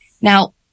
Now